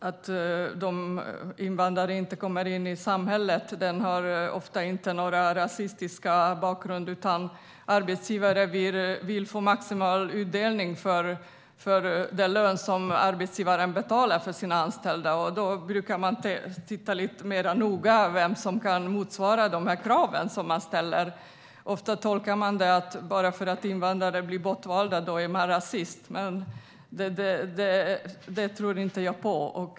Att invandrare inte kommer in i samhället har ofta inte någon rasistisk bakgrund, utan arbetsgivaren vill få maximal utdelning för den lön som arbetsgivaren betalar till sina anställda. Då brukar man titta lite mer noga på vem som kan motsvara de krav som man ställer. Bara för att man väljer bort invandrare tolkas det som att man är rasist, men det tror jag inte på.